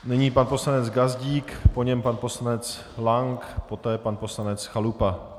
Nyní pan poslanec Gazdík, po něm pan poslanec Lank, po něm pan poslanec Chalupa.